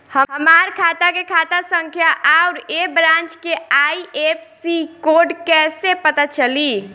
हमार खाता के खाता संख्या आउर ए ब्रांच के आई.एफ.एस.सी कोड कैसे पता चली?